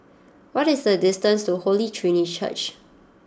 what is the distance to Holy Trinity Church